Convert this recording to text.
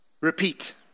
Repeat